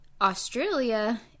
Australia